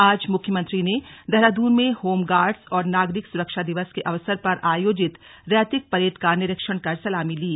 आज मुख्यमंत्री ने देहरादून में होमगार्ड्स और नागरिक सुरक्षा दिवस के अवसर पर आयोजित रैतिक परेड का निरीक्षण कर सलामी ली